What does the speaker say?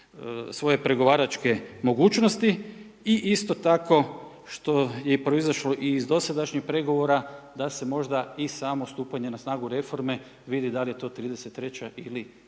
svoje pregovaračke mogućnosti i isto tako što je proizašlo i iz dosadašnjih pregovora, da se možda i samo stupanje na snagu reforme vidi da li je to 33 ili